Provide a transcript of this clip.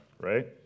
right